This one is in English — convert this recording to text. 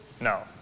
No